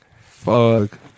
Fuck